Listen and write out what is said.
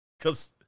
Cause